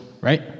right